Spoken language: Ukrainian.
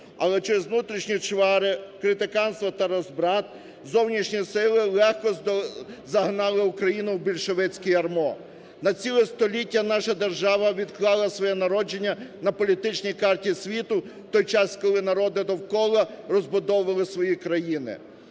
Але через внутрішні чвари, політиканство та розбрат зовнішні сили легко загнали Україну в більшовицьке ярмо. На ціле століття наша держава відклала своє народження на політичній карті світу, в той час, коли народи довкола розбудовували свої країни.